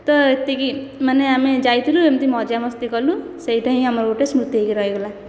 ତ ଏତିକି ମାନେ ଆମେ ଯାଇଥିଲୁ ଏମିତି ମଜାମସ୍ତି କଲୁ ସେହିଟା ହିଁ ଆମର ଗୋଟିଏ ସ୍ମୃତି ହୋଇକି ରହିଗଲା